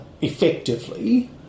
effectively